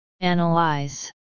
Analyze